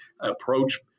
approach